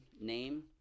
name